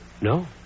No